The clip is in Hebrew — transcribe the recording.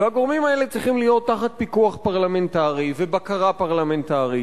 והגורמים האלה צריכים להיות תחת פיקוח פרלמנטרי ובקרה פרלמנטרית,